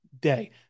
day